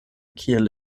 kiel